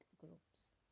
groups